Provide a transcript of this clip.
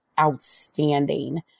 outstanding